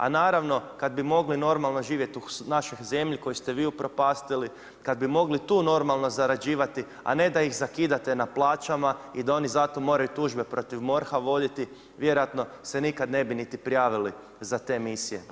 A naravno kada bi mogli normalno živjet u našoj zemlji koju ste vi upropastili, kada bi mogli tu normalno zarađivati, a ne da ih zakidate na plaćama i da oni zato moraju tužbe protiv MORH-a voditi vjerojatno se nikada ne bi ni prijavili za te misije.